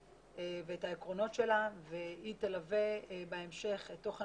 העקרונות שלה והיא תלווה בהמשך את תוכן